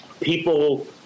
people